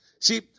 See